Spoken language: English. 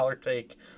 take